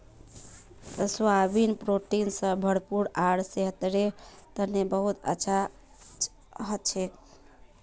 soybean protein स भरपूर आर सेहतेर तने बहुत अच्छा हछेक